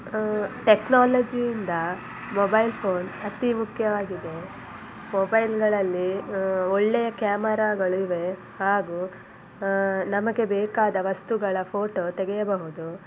ಟೆಕ್ನಾಲಜಿಯಿಂದ mobile phone ಅತೀ ಮುಖ್ಯವಾಗಿದೆ ಮೊಬೈಲ್ಗಳಲ್ಲಿ ಒಳ್ಳೆಯ ಕ್ಯಾಮರಾಗಳು ಇವೆ ಹಾಗೂ ನಮಗೆ ಬೇಕಾದ ವಸ್ತುಗಳ ಫೋಟೋ ತೆಗೆಯಬಹುದು